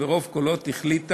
כך שנעשה המקסימום בעניין הזה,